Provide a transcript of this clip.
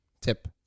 tip